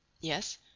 Yes